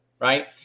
right